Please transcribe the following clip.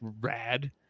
rad